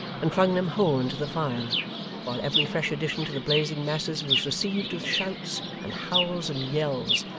and flung them whole into the fire while every fresh addition to the blazing masses was received with shouts, and howls, and yells,